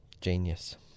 Genius